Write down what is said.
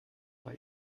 war